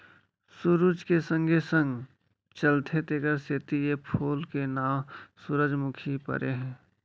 सुरूज के संगे संग चलथे तेकरे सेती ए फूल के नांव सुरूजमुखी परे हे